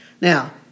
Now